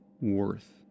worth